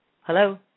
Hello